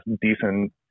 decent